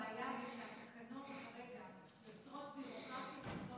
הבעיה היא שהתקנות כרגע יוצרות ביורוקרטיה כזאת,